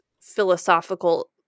philosophical